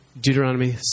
Deuteronomy